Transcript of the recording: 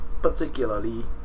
Particularly